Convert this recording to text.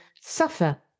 suffer